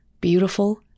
Beautiful